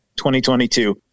2022